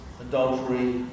adultery